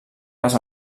les